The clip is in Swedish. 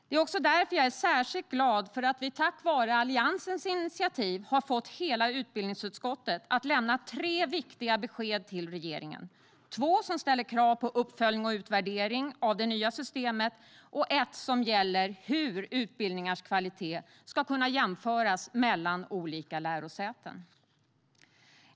Det är också därför jag är särskilt glad för att vi tack vare Alliansens initiativ har fått hela utbildningsutskottet att lämna tre viktiga besked till regeringen: två som ställer krav på uppföljning och utvärdering av det nya systemet och ett som gäller hur utbildningars kvalitet ska kunna jämföras mellan olika lärosäten.